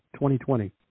2020